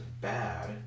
bad